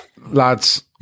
Lads